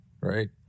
right